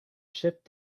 shift